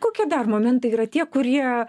kokie dar momentai yra tie kurie